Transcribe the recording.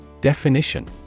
Definition